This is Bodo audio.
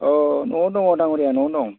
अ न'आव दङ दाङ'रिया न'आव दं